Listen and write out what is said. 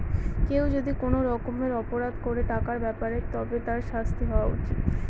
কেউ যদি কোনো রকমের অপরাধ করে টাকার ব্যাপারে তবে তার শাস্তি হওয়া উচিত